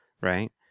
Right